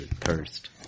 thirst